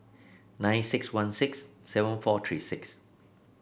nine six one six seven four three six